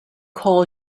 call